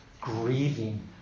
grieving